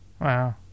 Wow